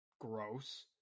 gross